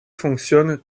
fonctionne